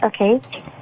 Okay